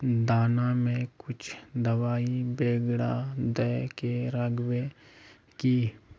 दाना में कुछ दबाई बेगरा दय के राखबे की?